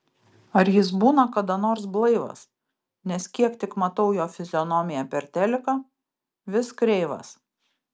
ar jis būna kada nors blaivas nes kiek tik matau jo fizionomiją per teliką vis kreivas